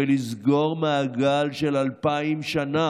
לסגור מעגל של אלפיים שנה